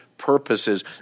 Purposes